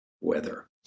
weather